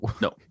No